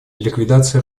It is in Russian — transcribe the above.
ликвидация